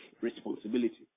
responsibility